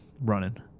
running